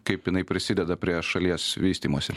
kaip jinai prisideda prie šalies vystymosi